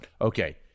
Okay